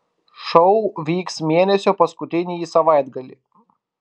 šou vyks mėnesio paskutinįjį savaitgalį